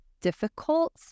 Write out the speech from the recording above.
difficult